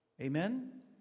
Amen